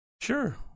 Sure